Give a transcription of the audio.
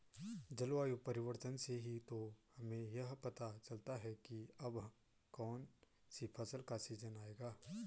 जलवायु परिवर्तन से ही तो हमें यह पता चलता है की अब कौन सी फसल का सीजन आयेगा